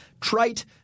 trite